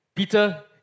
Peter